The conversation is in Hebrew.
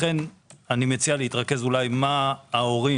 לכן אני מציע להתרכז מה ההורים,